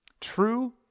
True